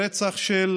רצח של